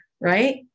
right